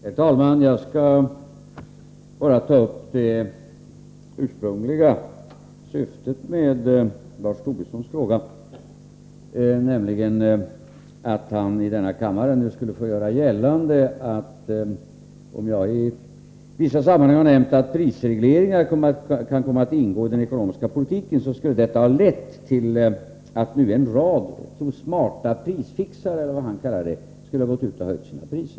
Herr talman! Jag skall hålla mig till det som var det ursprungliga syftet med Lars Tobissons fråga. Han gör gällande att om jag i vissa sammanhang har nämnt att prisregleringar kan komma att ingå i den ekonomiska politiken detta skulle ha lett till att en rad ”smarta prisfixare”, eller vad han kallade dem, gått ut och höjt sina priser.